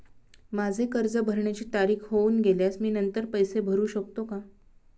माझे कर्ज भरण्याची तारीख होऊन गेल्यास मी नंतर पैसे भरू शकतो का?